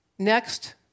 Next